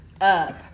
up